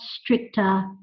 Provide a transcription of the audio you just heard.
stricter